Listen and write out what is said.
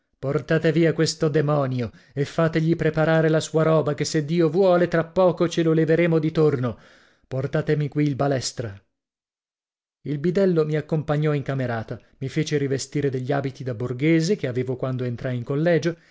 portate via questo demonio e fategli preparare la sua roba che se dio vuole tra poco ce lo leveremo di torno portatemi qui il balestra il bidello mi accompagnò in camerata mi fece rivestire degli abiti da borghese che avevo quando entrai in collegio